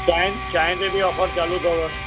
चांहिं चांहिं ते बि ऑफर चालू अथव